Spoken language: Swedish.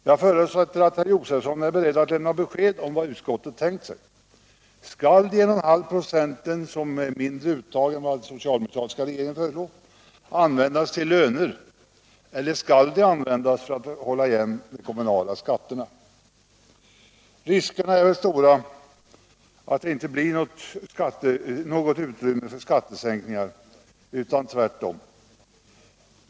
Jag förutsätter att herr Josefson är beredd att lämna besked om vad utskottet tänkt sig. Skall de 11/2 96 som blir över — i förhållande till socialdemokraternas förslag — användas till löner eller skall de användas för att hålla igen de kommunala skatterna? Riskerna är väl stora att det inte blir något utrymme för skattesänkningar utan tvärtom.